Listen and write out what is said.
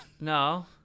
No